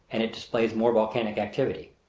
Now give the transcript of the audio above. and it displays more volcanic activity.